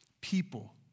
people